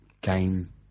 Game